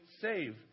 save